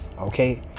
Okay